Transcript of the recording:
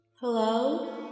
Hello